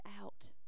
out